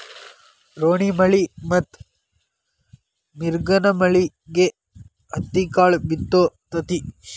ರೋಣಿಮಳಿ ಮತ್ತ ಮಿರ್ಗನಮಳಿಗೆ ಹತ್ತಿಕಾಳ ಬಿತ್ತು ತತಿ